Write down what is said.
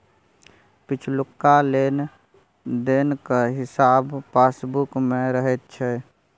पिछुलका लेन देनक हिसाब पासबुक मे रहैत छै